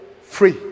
free